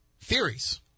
Theories